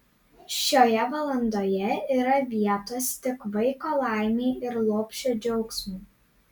šioje valandoje yra vietos tik vaiko laimei ir lopšio džiaugsmui